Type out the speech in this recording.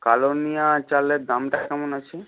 কালুনিয়া চালের দামটা কেমন আছে